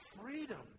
freedom